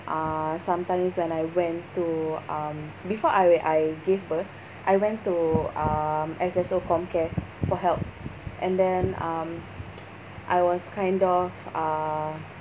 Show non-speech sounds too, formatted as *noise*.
uh sometimes when I went to um before I I gave birth I went to um S_S_O ComCare for help and then um *noise* I was kind of uh